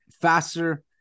faster